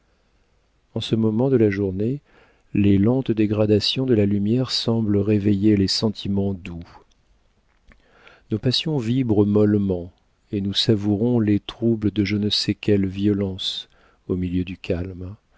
en ce moment de la journée les lentes dégradations de la lumière semblent réveiller les sentiments doux nos passions vibrent mollement et nous savourons les troubles de je ne sais quelle violence au milieu du calme